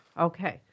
Okay